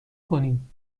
کنیم